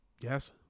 Yes